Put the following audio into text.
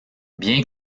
bien